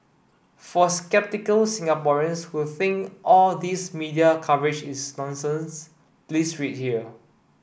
for sceptical Singaporeans who think all these media coverage is nonsense please read here